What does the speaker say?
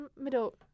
middle